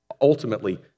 ultimately